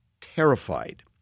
terrified